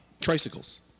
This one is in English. Tricycles